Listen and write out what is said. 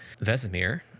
Vesemir